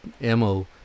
ammo